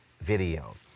video